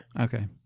Okay